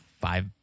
Five